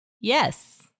Yes